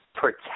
protect